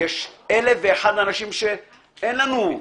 ויש אלף ואחד אנשים שאין לנו.